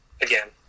again